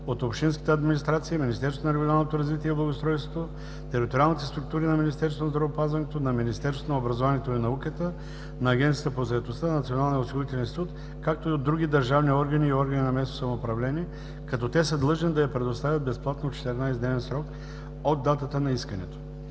от общинската администрация, Министерството на регионалното развитие и благоустройството, териториалните структури на Министерството на здравеопазването, на Министерството на образованието и науката, на Агенцията по заетостта, на Националния осигурителен институт, както и от други държавни органи и органи на местното самоуправление, като те са длъжни да я предоставят безплатно в 14-дневен срок от датата на искането.“